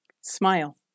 Smile